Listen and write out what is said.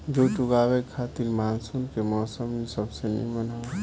जुट उगावे खातिर मानसून के मौसम सबसे निमन हवे